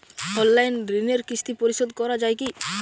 Online ঋণের কিস্তি পরিশোধ করা যায় কি?